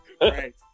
Right